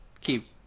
keep